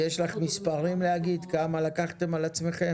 את יודעת להגיד לנו מספרים, כמה לקחתם על עצמכם?